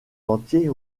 entier